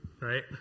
Right